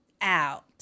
out